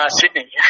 Sydney